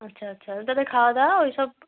আচ্ছা আচ্ছা খাওয়া দাওয়া ওইসব